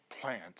plant